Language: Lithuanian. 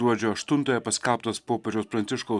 gruodžio aštuntąją paskelbtas popiežiaus pranciškaus